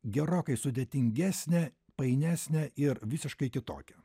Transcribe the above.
gerokai sudėtingesnę painesnę ir visiškai kitokią